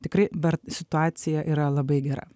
tikrai dar situacija yra labai gera